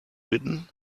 bitten